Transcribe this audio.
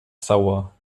sauer